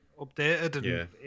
updated